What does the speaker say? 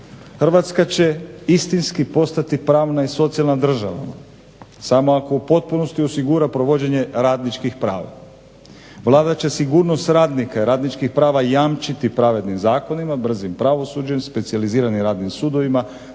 "Hrvatska će istinski postati pravna i socijalna država samo ako u potpunosti osigura provođenje radničkih prava. Vlada će sigurnost radnika i radničkih prava jamčiti pravednim zakonima, brzim pravosuđem, specijaliziranim radnim sudovima,